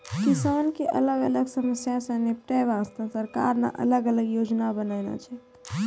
किसान के अलग अलग समस्या सॅ निपटै वास्तॅ सरकार न अलग अलग योजना बनैनॅ छै